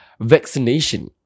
Vaccination